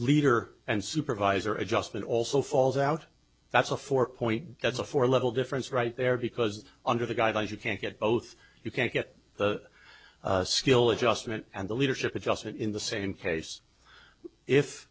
leader and supervisor adjustment also falls out that's a four point that's a four level difference right there because under the guidelines you can't get both you can't get the skill adjustment and the leadership adjusts it in the same case if